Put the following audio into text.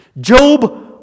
Job